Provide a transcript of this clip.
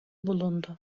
bulundu